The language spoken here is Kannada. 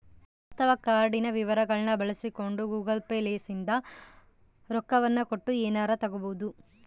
ವಾಸ್ತವ ಕಾರ್ಡಿನ ವಿವರಗಳ್ನ ಬಳಸಿಕೊಂಡು ಗೂಗಲ್ ಪೇ ಲಿಸಿಂದ ರೊಕ್ಕವನ್ನ ಕೊಟ್ಟು ಎನಾರ ತಗಬೊದು